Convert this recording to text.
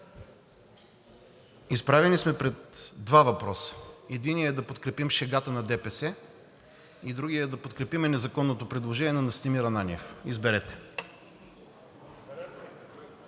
Изправени сме пред два въпроса – единият е да подкрепим шегата на ДПС и другият е да подкрепим незаконното предложение на Настимир Ананиев. Изберете!